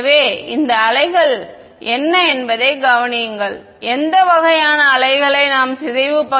எனவே இந்த அலைகள் என்ன என்பதைக் கவனியுங்கள் எந்த வகையான அலைகளை நாம் சிதைவு பகுதி என்று அழைக்கிறோம்